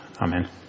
Amen